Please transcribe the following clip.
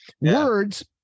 words